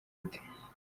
ute